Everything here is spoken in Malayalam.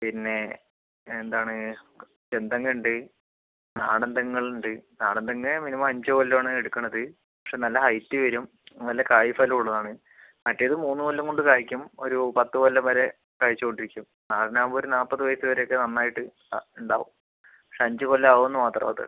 പിന്നെ എന്താണ് ചെന്തെങ്ങ് ഉണ്ട് നാടൻ തെങ്ങുകൾ ഉണ്ട് നാടൻ തെങ്ങ് മിനിമം അഞ്ച് കൊല്ലം ആണ് എടുക്കുന്നത് പക്ഷെ നല്ല ഹൈറ്റ് വരും നല്ല കായ് ഫലം ഉള്ളതാണ് മറ്റേത് മൂന്ന് കൊല്ലം കൊണ്ട് കായ്ക്കും ഒരു പത്ത് കൊല്ലം വരെ കായ്ച്ച് കൊണ്ട് ഇരിക്കും ആ അത് നമുക്ക് ഒരു നാൽപ്പത് വയസ്സ് വരെ ഒക്കെ നന്നായിട്ട് ആ ഉണ്ടാകും പക്ഷെ അഞ്ച് കൊല്ലം ആവുമെന്ന് മാത്രം അത്